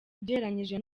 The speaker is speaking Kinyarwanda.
ugereranyije